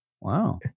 Wow